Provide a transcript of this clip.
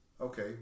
Okay